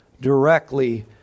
directly